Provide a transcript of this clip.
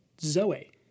zoe